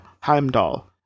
Heimdall